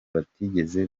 batigeze